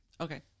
Okay